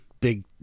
big